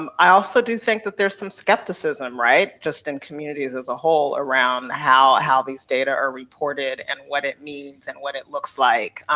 um i also do think that there's some skepticism, right, just in communities as a whole around how how these data are reported and what it means and what it looks like.